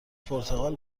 پرتغال